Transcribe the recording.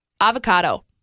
avocado